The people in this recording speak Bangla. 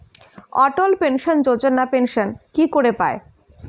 অটল পেনশন যোজনা পেনশন কি করে পায়?